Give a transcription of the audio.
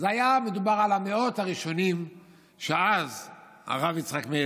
היה מדובר על המאות הראשונים שאז הרב יצחק מאיר